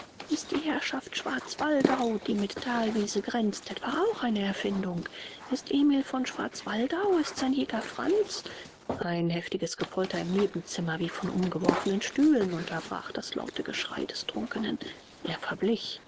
ist die herrschaft schwarzwaldau die mit thalwiese grenzt etwa auch eine erfindung ist emil von schwarzwaldau ist sein jäger franz ein heftiges gepolter im nebenzimmer wie von umgeworfenen stühlen unterbrach das laute geschrei des trunkenen er verblich